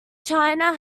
china